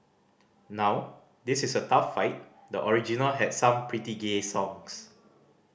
now this is a tough fight the original had some pretty gay songs